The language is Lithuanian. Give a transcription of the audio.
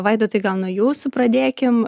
vaidotai gal nuo jūsų pradėkim